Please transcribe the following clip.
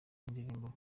y’indirimbo